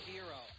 Hero